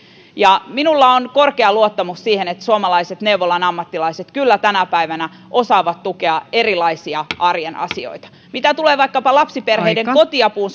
ja minulla on korkea luottamus siihen että suomalaiset neuvolan ammattilaiset kyllä tänä päivänä osaavat tukea erilaisia arjen asioita mitä tulee vaikkapa lapsiperheiden kotiapuun